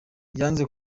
yanze